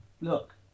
Look